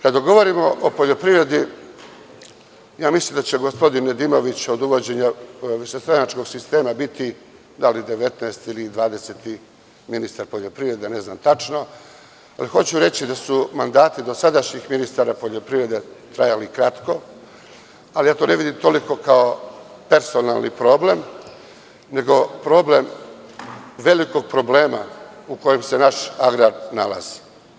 Kada govorimo o poljoprivredi mislim da će gospodin Nedimović od uvođenja višestranačkog sistema biti da li 19. ili 20. ministar poljoprivrede, ne znam tačno, ali hoću reći da su mandati dosadašnjih ministara poljoprivrede trajali kratko, ali ja to ne vidim to toliko kao personalni problem nego problem velikog problema u kojem se naš agrar nalazi.